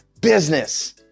business